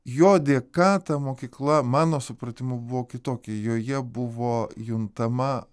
jo dėka ta mokykla mano supratimu buvo kitokia joje buvo juntama